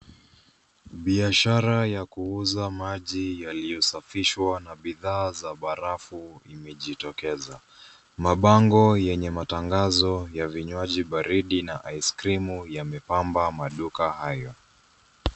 Biashara ya kuuza maji yaliyosafishwa na bidhaa za barafu imejitokeza. Mabango yenye matangazo ya vinywaji baridi na aiskrimu yamepamba maduka hayo.